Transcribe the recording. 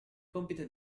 compito